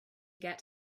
get